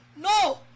No